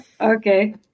Okay